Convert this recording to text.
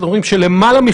גם הערכית וגם זהותית שלהם.